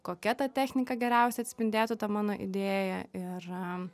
kokia ta technika geriausiai atspindėtų tą mano idėją ir